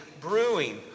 brewing